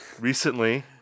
recently